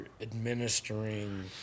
administering